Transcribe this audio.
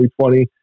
2020